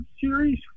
series